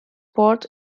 sport